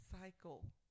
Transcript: cycle